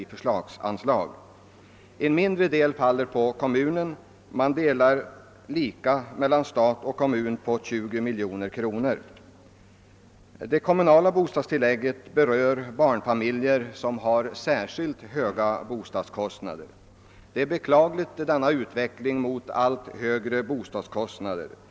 En mindre del, ca 10 milj., faller på kommunerna. Stat och kommun delar i detta sammanhang lika på en kostnad av 20 miljoner kronor. Det kommunala bostadstillägget berör barnfamiljer som har särskilt höga bostadskostnader. Utvecklingen mot allt högre bostadskostnader är beklaglig.